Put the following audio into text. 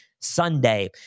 Sunday